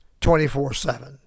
24-7